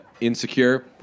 Insecure